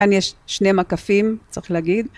כאן יש שני מקפים, צריך להגיד.